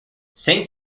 saint